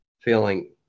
Feeling